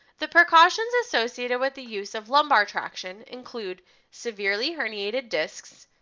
the precautions associated with the use of lumbar traction include severely herniated discs,